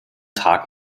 tag